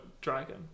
dragon